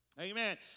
Amen